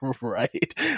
Right